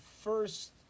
first